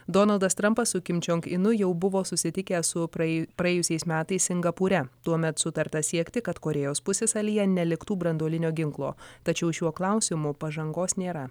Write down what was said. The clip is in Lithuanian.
donaldas trampas su kim čiong inu jau buvo susitikęs su prai praėjusiais metais singapūre tuomet sutarta siekti kad korėjos pusiasalyje neliktų branduolinio ginklo tačiau šiuo klausimu pažangos nėra